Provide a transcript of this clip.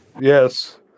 Yes